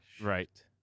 right